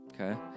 Okay